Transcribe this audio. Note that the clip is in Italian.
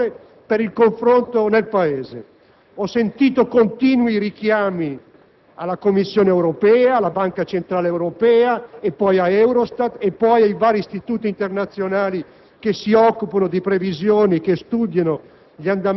per tutti: per il confronto tra la maggioranza e l'opposizione e per il confronto nel Paese. Ho sentito continui richiami alla Commissione europea, alla Banca centrale europea, a EUROSTAT e ai vari istituti internazionali